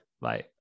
bye